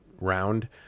round